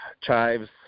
Chives